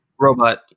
Robot